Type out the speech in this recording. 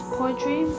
poetry